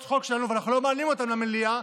חוק שלנו ואנחנו לא מעלים אותן למליאה,